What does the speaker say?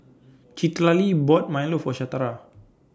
Citlalli bought Milo For Shatara